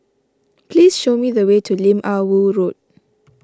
please show me the way to Lim Ah Woo Road